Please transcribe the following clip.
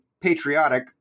patriotic